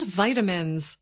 vitamins